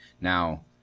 Now